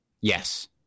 Yes